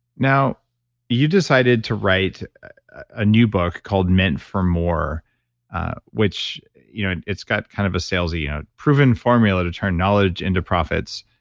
now you decided to write a new book called, meant for more ah which you know and it's got kind of a salesy on proven formula to turn knowledge into profits,